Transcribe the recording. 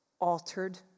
altered